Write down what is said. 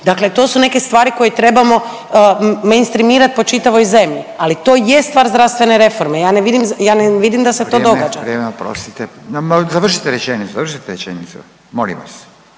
Dakle, to su neke stvari koje trebamo …/Govornica se ne razumije./… po čitavoj zemlji, ali to je stvar zdravstvene reforme. Ja ne vidim da se to događa. …/Upadica Radin: Vrijeme, oprostite. Završite rečenicu, završite rečenicu, molim vas